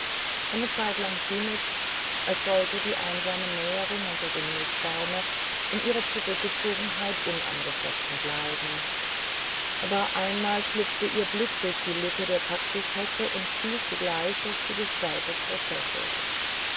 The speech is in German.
eine zeitlang schien es als sollte die einsame näherin unter dem nußbaume in ihrer zurückgezogenheit unangefochten bleiben aber einmal schlüpfte ihr blick durch die lücke der taxushecke und fiel zugleich auf die gestalt des professors